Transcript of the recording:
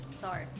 Sorry